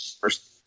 first